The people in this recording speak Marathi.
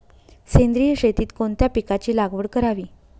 सेंद्रिय शेतीत कोणत्या पिकाची लागवड करावी?